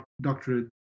doctorate